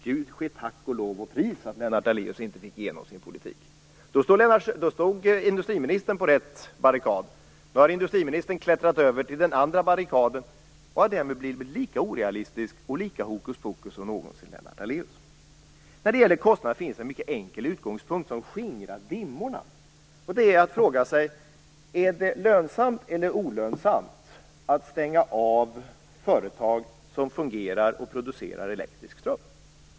Gud ske tack och lov och pris att Lennart Daléus inte fick igenom sin politik! Då stod industriministern på rätt barrikad. Nu har industriministern klättrat över till den andra barrikaden och har därmed blivit lika orealistisk och lika mycket för hokuspokus som någonsin Lennart Daléus. När det gäller kostnaderna finns en mycket enkel utgångspunkt som skingrar dimmorna. Det är att fråga sig om det är lönsamt eller olönsamt att stänga av företag som fungerar och producerar elektrisk ström.